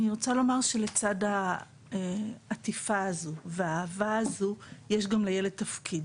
לצד העטיפה והאהבה הזאת יש גם לילד תפקיד.